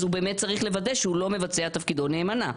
באמת צריך לוודא שהוא לא מבצע את תפקידו נאמנה.